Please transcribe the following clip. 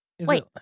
Wait